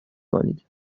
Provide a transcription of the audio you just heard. کنید